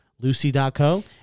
lucy.co